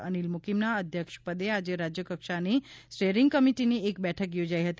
અનિલ મુકીમના અધ્યક્ષપદે આજે રાજ્યકક્ષાની સ્ટીયરીંગ કમિટિની એક બેઠક યોજાઇ હતી